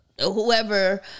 whoever